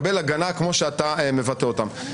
כבוד היושב-ראש,